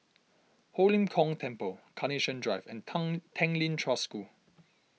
Ho Lim Kong Temple Carnation Drive and Kang Tanglin Trust School